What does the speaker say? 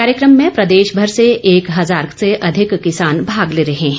कार्यक्रम में प्रदेशभर से एक हजार से अधिक किसान भाग ले रहे हैं